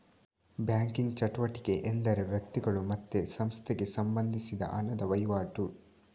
banking ಚಟುವಟಿಕೆ ಎಂದರೆ ವ್ಯಕ್ತಿಗಳು ಮತ್ತೆ ಸಂಸ್ಥೆಗೆ ಸಂಬಂಧಿಸಿದ ಹಣದ ವೈವಾಟು